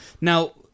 Now